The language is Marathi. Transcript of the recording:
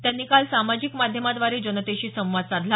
त्यांनी काल सामाजिक माध्यमाद्वारे जनतेशी संवाद साधला